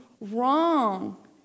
wrong